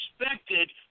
expected